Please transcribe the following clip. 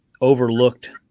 overlooked